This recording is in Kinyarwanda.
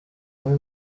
muri